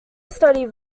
studied